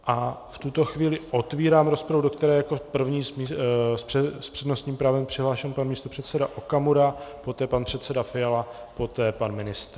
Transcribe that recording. V tuto chvíli otvírám rozpravu, do které jako první je s přednostním právem přihlášen pan místopředseda Okamura, poté pan předseda Fiala, poté pan ministr.